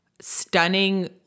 stunning